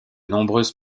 nombreuses